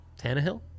Tannehill